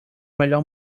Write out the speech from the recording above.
melhor